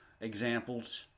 examples